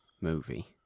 movie